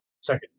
Second